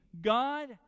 God